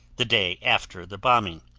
the day after the bombing.